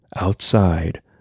Outside